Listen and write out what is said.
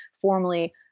formally